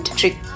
trick